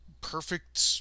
perfect